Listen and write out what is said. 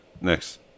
Next